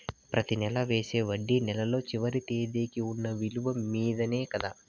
ప్రతి నెల వేసే వడ్డీ నెలలో చివరి తేదీకి వున్న నిలువ మీదనే కదా?